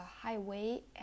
highway